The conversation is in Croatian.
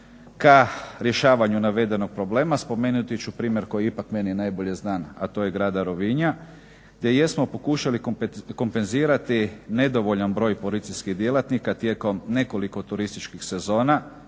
ka rješavanju navedenog problema spomenuti ću primjer koji je meni ipak najbolje znan, a to je grada Rovinja, te jesmo pokušali kompenzirati nedovoljan broj policijskih djelatnika tijekom nekoliko turističkih sezona